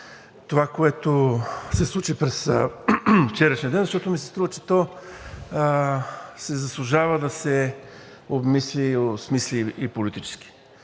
това, което се случи през вчерашния ден, защото ми се струва, че то си заслужава да се обмисли, осмисли и политически.